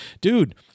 dude